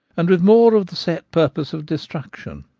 and with more of the set purpose of destruction.